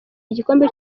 igikombe